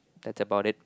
that's about it